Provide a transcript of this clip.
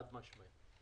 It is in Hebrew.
חד-משמעית.